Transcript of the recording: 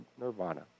nirvana